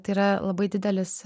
tai yra labai didelis